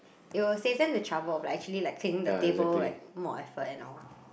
you will save them the trouble of like actually like cleaning the table like more effort and all